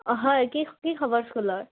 অঁ হয় কি কি খবৰ স্কুলৰ